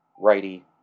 righty